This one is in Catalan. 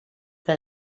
que